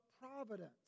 providence